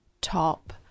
top